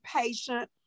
patient